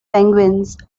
penguins